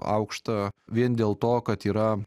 aukštą vien dėl to kad yra